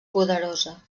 poderosa